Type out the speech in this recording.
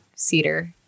Cedar